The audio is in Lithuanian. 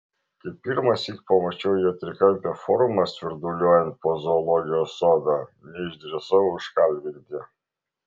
kai pirmąsyk pamačiau jo trikampę formą svirduliuojant po zoologijos sodą neišdrįsau užkalbinti